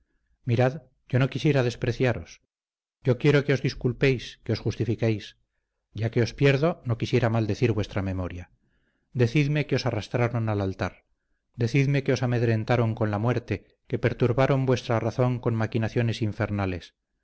mirad yo no quisiera despreciaros yo quiero que os disculpéis que os justifiquéis ya que os pierdo no quisiera maldecir vuestra memoria decidme que os arrastraron al altar decidme que os amedrentaron con la muerte que perturbaron vuestra razón con maquinaciones infernales